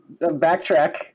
backtrack